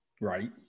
Right